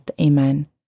Amen